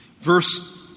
Verse